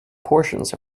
portions